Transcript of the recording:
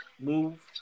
move